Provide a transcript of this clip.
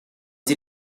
did